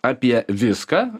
apie viską